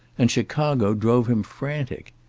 and chicago drove him frantic.